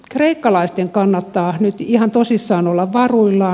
kreikkalaisten kannattaa nyt ihan tosissaan olla varuillaan